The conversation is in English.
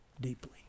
deeply